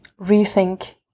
rethink